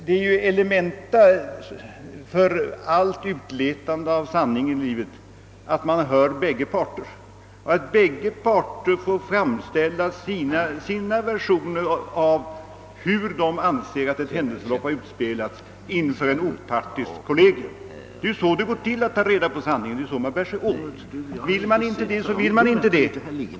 Det är ju elementa för allt utletande av sanningen i livet att man hör bägge parter — att bägge parter inför en opartisk person får framföra sina versioner av hur de anser att ett händelseförlopp har utspelats. Så bär man sig åt för att ta reda på sanningen; vill man inte göra på detta sätt, så vill man det inte.